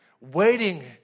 waiting